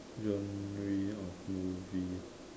genre of movie